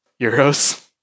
Euros